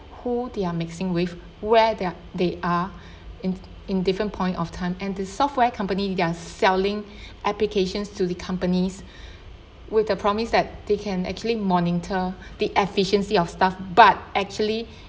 who they're mixing with where they're they are in in different point of time and the software company they're selling applications to the companies with the promise that they can actually monitor the efficiency of staff but actually